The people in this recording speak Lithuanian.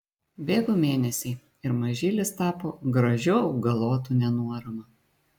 bėgo mėnesiai ir mažylis tapo gražiu augalotu nenuorama